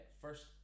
First